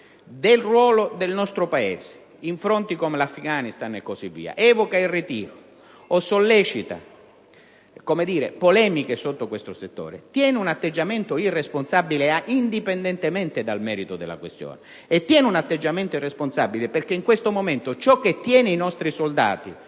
del ruolo del nostro Paese in fronti come l'Afghanistan, evoca il ritiro o sollecita polemiche, tiene un atteggiamento irresponsabile indipendentemente dal merito della questione. Tiene un atteggiamento irresponsabile perché, in questo momento, ciò che tiene i nostri soldati